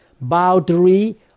boundary